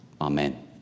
Amen